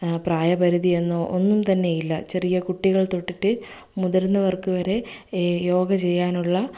പ്രായപരിധി എന്നോ ഒന്നും തന്നെയില്ല ചെറിയ കുട്ടികൾ തൊട്ടിട്ട് മുതിർന്നവർക്ക് വരെ യോഗ ചെയ്യാനുള്ള